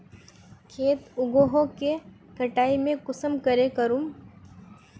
खेत उगोहो के कटाई में कुंसम करे करूम?